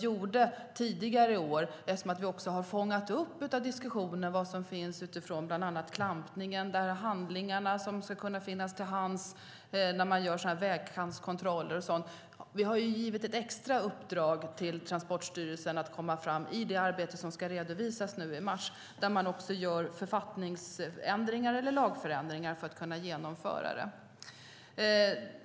Eftersom vi i diskussionen har fångat upp vad som finns bland annat utifrån klampningen - det gäller handlingarna som ska finnas till hands när man gör vägkantskontroller och sådant - har vi tidigare i år givit ett extra uppdrag till Transportstyrelsen att komma fram i det arbete som ska redovisas i mars. Där gör man också författningsändringar eller lagförändringar för att kunna genomföra det.